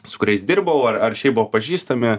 su kuriais dirbau ar ar šiaip buvau pažįstami